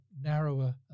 narrower